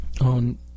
on